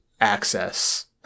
access